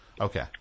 Okay